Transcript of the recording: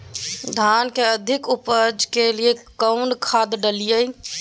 धान के अधिक उपज के लिए कौन खाद डालिय?